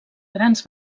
grans